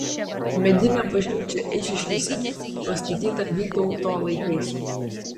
medinė bažnyčia eišiškėse pastatyta vytauto laikais